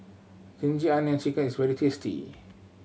ginger onion chicken is very tasty